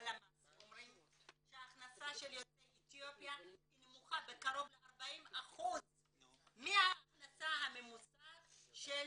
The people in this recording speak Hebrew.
הלמ"ס אומרים שהכנסת יוצאי אתיופיה נמוכה ב-40% מההכנסה הממוצעת של